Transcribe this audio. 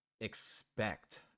expect